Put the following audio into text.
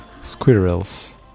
squirrels